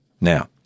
Now